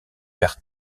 père